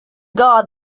god